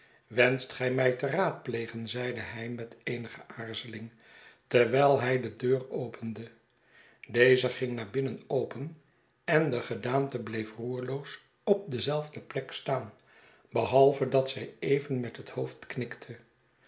wenscht gij mij te raadplegen zeide hij met eenige aarzeling terwijl hij de deur opende deze ging naar binnen open ende gedaante bleef roerloos op dezeifde plek staan behalve dat zij even met het hoofd knikte